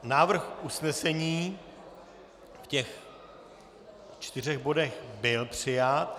Návrh usnesení ve čtyřech bodech byl přijat.